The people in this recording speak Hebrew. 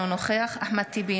אינו נוכח אחמד טיבי,